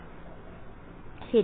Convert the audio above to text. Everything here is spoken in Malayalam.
വിദ്യാർത്ഥി സാറിന് കഴിയും